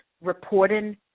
Reporting